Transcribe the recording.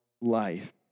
life